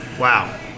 Wow